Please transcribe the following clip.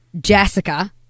Jessica